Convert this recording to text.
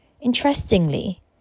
Interestingly